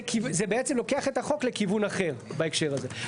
זה בעצם לוקח את החוק לכיוון אחר בהקשר הזה.